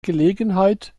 gelegenheit